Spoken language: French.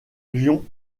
ion